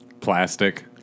Plastic